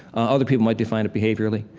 other people might define it behaviorally.